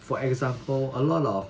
for example a lot of